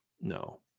No